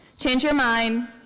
change your mind